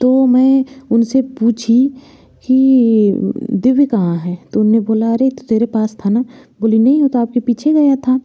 तो मैं उनसे पूछीं कि दिव्य कहाँ है तो उन्होने बोला अरे तेरे पास था न बोली नहीं वह तो आपके पीछे गया था